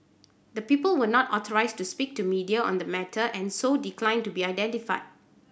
the people were not authorised to speak to media on the matter and so declined to be identified